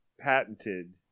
patented